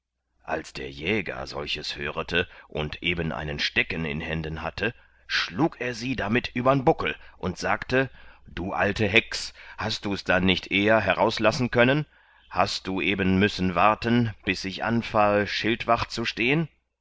als der jäger solches hörete und eben einen stecken in händen hatte schlug er sie damit übern buckel und sagte du alte hex hast dus dann nicht eher herauslassen können hast du eben müssen warten bis ich anfahe schildwacht zu stehen